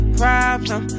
problem